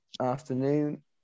afternoon